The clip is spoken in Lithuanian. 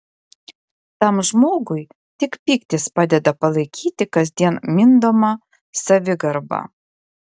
tam žmogui tik pyktis padeda palaikyti kasdien mindomą savigarbą